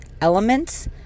elements